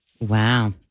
Wow